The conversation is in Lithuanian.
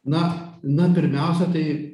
na na pirmiausia tai